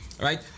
Right